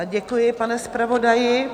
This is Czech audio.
Děkuji, pane zpravodaji.